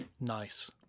Nice